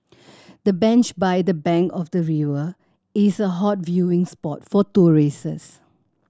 the bench by the bank of the river is a hot viewing spot for